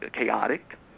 chaotic